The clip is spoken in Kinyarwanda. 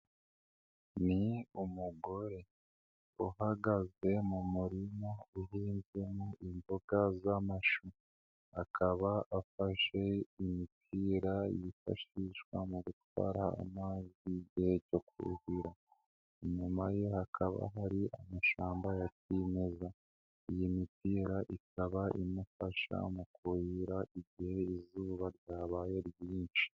Ni umugore, uhagaze mu murima uhinbyemo imboga z'amashu, akaba afashe imipira yifashishwa mu gutwara amazi, mu igihe cyo kuhira, inyuma ye hakaba hari amashyamba ya kimeza, iyi mipira ikaba imufasha mu kuhira igihe izuba ryabaye ryinshi.